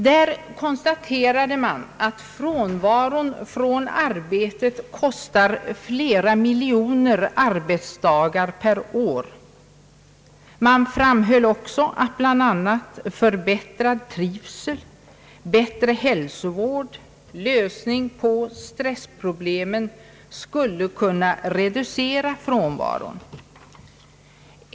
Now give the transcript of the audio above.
Där konstaterade man att frånvaron från arbetet kostar flera miljoner arbetsdagar per år. Man framhöll också att bl.a. förbättrad trivsel, bättre hälsovård och lösning på stressproblemen skulle kunna reducera frånvaron.